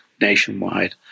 nationwide